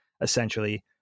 Essentially